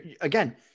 Again